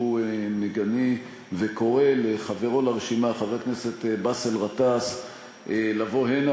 מגנה וקורא לחברו לרשימה חבר הכנסת באסל גטאס לבוא הנה